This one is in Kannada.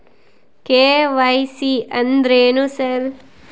ಕೆ.ವೈ.ಸಿ ಅಂದ್ರೇನು ಸರ್?